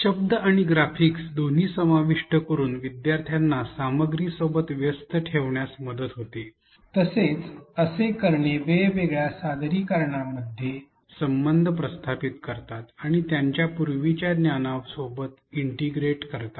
शब्द आणि ग्राफिक्स दोन्ही समाविष्ट करून विद्यार्थ्यांना सामग्री सोबत व्यस्त ठेवण्यात मदत होते तसेच असे करणे वेगवेगळ्या सादरीकरणामध्ये संबंध प्रस्थापित करतात आणि त्यांच्या पूर्वीच्या ज्ञानासोबत इंटिग्रेट करतात